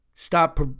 stop